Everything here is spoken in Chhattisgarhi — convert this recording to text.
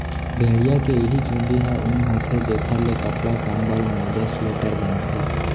भेड़िया के इहीं चूंदी ह ऊन होथे जेखर ले कपड़ा, कंबल, मोजा, स्वेटर बनथे